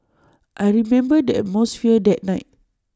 I remember the atmosphere that night